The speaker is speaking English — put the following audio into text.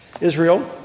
Israel